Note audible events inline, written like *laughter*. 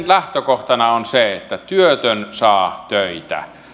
*unintelligible* lähtökohtana on se että työtön saa töitä